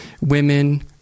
women